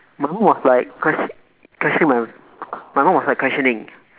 my mum was like question questioning my my mum was like questioning